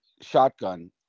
shotgun